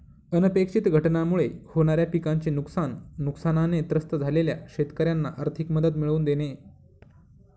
अनपेक्षित घटनांमुळे होणाऱ्या पिकाचे नुकसान, नुकसानाने त्रस्त झालेल्या शेतकऱ्यांना आर्थिक मदत मिळवून देणे